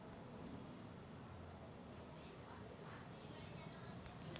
कोनचं पशुखाद्य जास्त दुध वाढवू शकन?